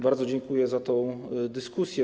Bardzo dziękuję za dyskusję.